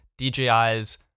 DJI's